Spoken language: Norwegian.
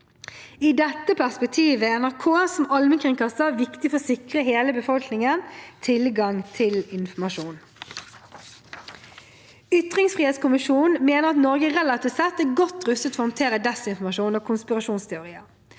I dette perspektivet er NRK som allmennkringkaster viktig for å sikre hele befolkningen tilgang til informasjon. Ytringsfrihetskommisjonen mener at Norge relativt sett er godt rustet til å håndtere desinformasjon og konspirasjonsteorier.